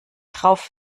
drauf